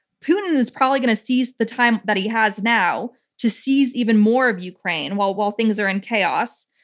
putin is probably going to seize the time that he has now to seize even more of ukraine while while things are in chaos,